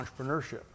entrepreneurship